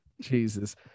Jesus